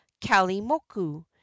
Kalimoku